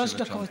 שלוש דקות.